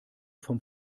vom